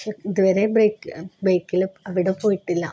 പക്ഷെ ഇതുവരെ ബൈക്കില് അവിടെ പോയിട്ടില്ല